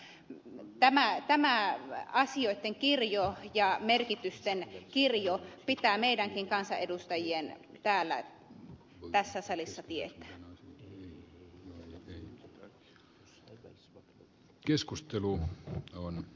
tämä asioitten kirjo ja merkitysten kirjo pitää meidänkin kansanedustajien täällä tässä salissa tietää